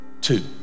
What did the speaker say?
Two